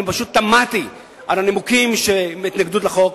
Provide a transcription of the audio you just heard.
אני פשוט תמהתי על הנימוקים של ההתנגדות לחוק.